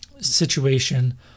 situation